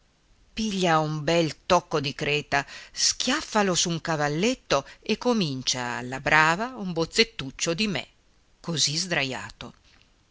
piglia un bel tocco di creta schiaffalo su un cavalletto e comincia alla brava un bozzettuccio di me così sdrajato